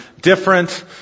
different